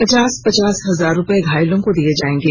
पचास पचास हजार रुपये घायलों को दिए जाएंगे